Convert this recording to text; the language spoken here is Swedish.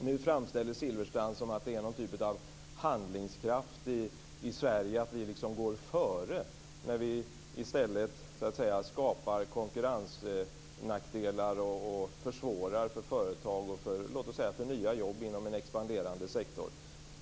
Nu framställer Silfverstrand det som att det är någon typ av handlingskraft i Sverige, att vi går före, när vi i stället skapar konkurrensnackdelar och försvårar för företag och nya jobb inom en expanderande sektor.